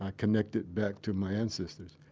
ah connect it back to my ancestors,